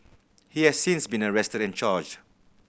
he has since been arrested and charged